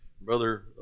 Brother